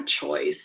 choice